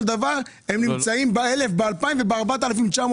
דבר הם נמצאים ב-1,000 וב-2,000 וב-4,999.